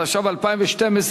התשע"ב 2012,